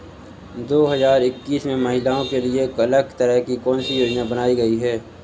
दो हजार इक्कीस में महिलाओं के लिए अलग तरह की कौन सी योजना बनाई गई है?